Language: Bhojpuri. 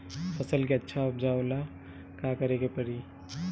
फसल के अच्छा उपजाव ला का करे के परी?